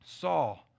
Saul